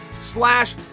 slash